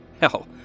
Hell